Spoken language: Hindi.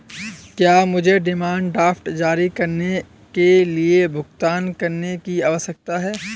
क्या मुझे डिमांड ड्राफ्ट जारी करने के लिए भुगतान करने की आवश्यकता है?